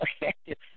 effective